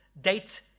date